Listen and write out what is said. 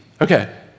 Okay